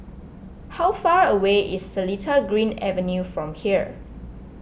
how far away is Seletar Green Avenue from here